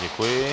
Děkuji.